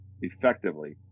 effectively –